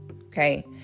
okay